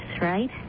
right